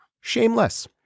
shameless